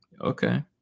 Okay